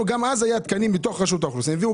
גם אז היו תקנים מתוך רשות האוכלוסין,